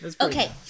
okay